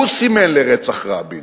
והוא סימל לרצח רבין